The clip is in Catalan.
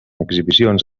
exhibicions